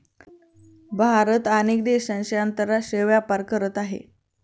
भारत अनेक देशांशी आंतरराष्ट्रीय व्यापार करत आहे